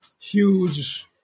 huge